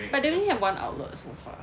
but they only have one outlet so far